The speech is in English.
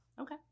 Okay